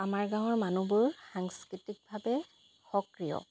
আমাৰ গাঁৱৰ মানুহবোৰ সাংস্কৃতিকভাৱে সক্ৰিয়